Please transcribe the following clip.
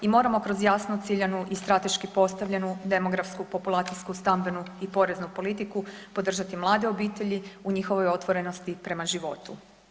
I moramo kroz jasno ciljanu i strateški postavljenu demografsku, populacijsku, stambenu i poreznu politiku podržati mlade obitelji u njihovoj otvorenosti prema životu.